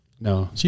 no